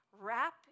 Wrap